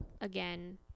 again